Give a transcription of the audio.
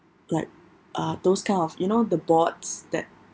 like uh those kind of you know the boards that